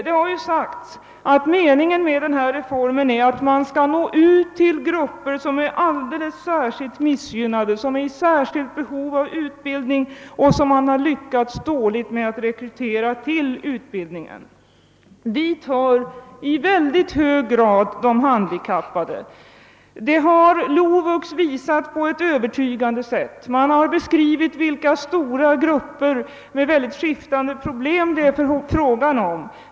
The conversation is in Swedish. Det har sagts att meningen med reformen är att nå ut till grupper som är alldeles särskilt missgynnade, som är i särskilt behov av utbildning och som man har lyckats dåligt med att rekrytera till utbildningen. Dit hör i stor utsträckning de handikappade — det har LOVUX visat på ett övertygande sätt. Man har där beskrivit vilka stora grupper med skiftande problem som det är fråga om.